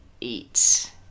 eat